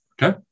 Okay